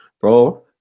bro